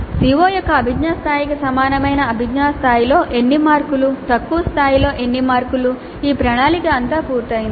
CO యొక్క అభిజ్ఞా స్థాయికి సమానమైన అభిజ్ఞా స్థాయిలో ఎన్ని మార్కులు తక్కువ స్థాయిలో ఎన్ని మార్కులు ఈ ప్రణాళిక అంతా పూర్తయింది